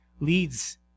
leads